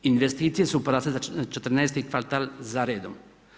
Investicije su porasle za 14 kvartal za redom.